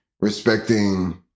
respecting